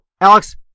Alex